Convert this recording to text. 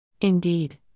Indeed